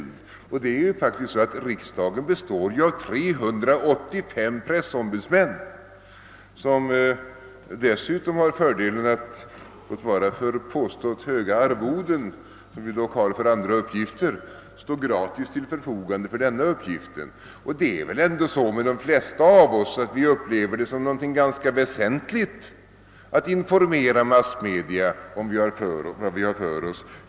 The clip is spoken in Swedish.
Det förhåller sig ju faktiskt så att riksdagen består av 385 pressombudsmän, som dessutom har den fördelen att — låt vara för påstått höga arvoden, som vi dock har för andra uppgifter — stå gratis till förfogande för denna uppgift. De flesta av oss upplever det väl ändå som något ganska väsentligt att informera massmedia om vad vi har för oss.